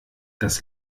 das